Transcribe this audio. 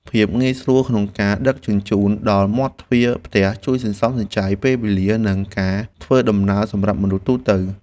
ភាពងាយស្រួលក្នុងការដឹកជញ្ជូនដល់មាត់ទ្វារផ្ទះជួយសន្សំសំចៃពេលវេលា និងការធ្វើដំណើរសម្រាប់មនុស្សទូទៅ។